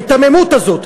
ההיתממות הזאת.